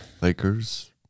Lakers